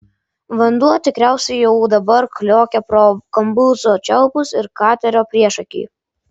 vanduo tikriausiai jau dabar kliokia pro kambuzo čiaupus ir katerio priešakį